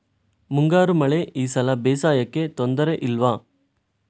ಮುಂಗಾರು ಮಳೆ ಈ ಸಲ ಬೇಸಾಯಕ್ಕೆ ತೊಂದರೆ ಇಲ್ವ?